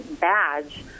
badge